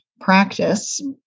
practice